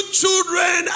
children